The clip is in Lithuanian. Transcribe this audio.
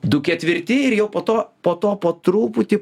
du ketvirti ir jau po to po to po truputį